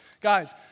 Guys